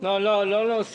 לא להוסיף.